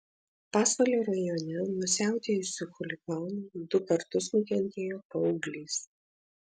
pasvalio rajone nuo siautėjusių chuliganų du kartus nukentėjo paauglys